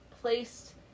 placed